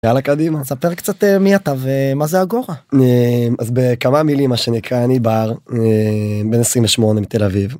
יאללה קדימה ספר קצת מי אתה ומה זה Agora בכמה מילים מה שנקרא אני בר, בן 28 מתל אביב.